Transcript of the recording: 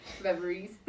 Memories